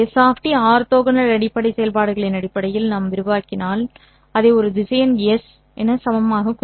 S orthogonal அடிப்படை செயல்பாடுகளின் அடிப்படையில் நான் விரிவாக்கினால் அதை ஒரு திசையன் S என சமமாக குறிப்பிடலாம்